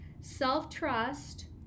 self-trust